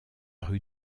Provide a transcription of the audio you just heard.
rue